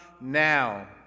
now